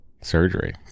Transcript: surgery